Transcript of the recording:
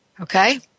Okay